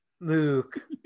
Luke